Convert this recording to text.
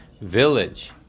village